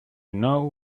now